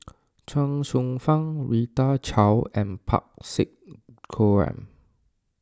Chuang Hsueh Fang Rita Chao and Parsick Joaquim